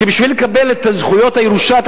כי בשביל לקבל את זכויות הירושה אתה